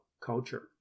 culture